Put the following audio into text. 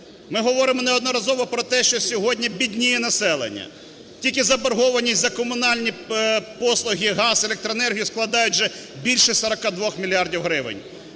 Ми говоримо неодноразово про те, що сьогодні бідніє населення. Тільки заборгованість за комунальні послуги, газ, електроенергію складають вже більше 42 мільярдів гривень.